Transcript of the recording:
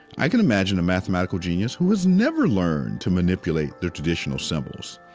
i can imagine a mathematical genius who has never learned to manipulate the traditional symbols.